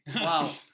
Wow